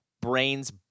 brains